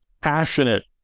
passionate